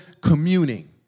communing